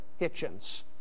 Hitchens